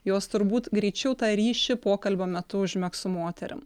jos turbūt greičiau tą ryšį pokalbio metu užmegs su moterim